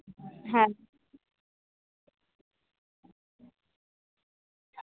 হ্যাঁ